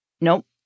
nope